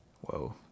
Whoa